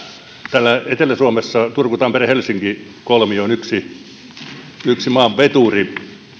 täällä etelä suomessa turku tampere helsinki kolmio on yksi yksi maan veturi